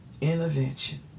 intervention